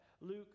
Luke